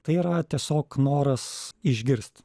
tai yra tiesiog noras išgirst